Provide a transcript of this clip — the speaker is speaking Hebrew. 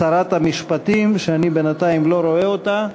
שרת המשפטים, שאני בינתיים לא רואה אותה,